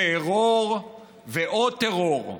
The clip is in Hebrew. טרור ועוד טרור.